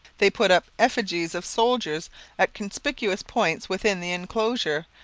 they put up effigies of soldiers at conspicuous points within the enclosure,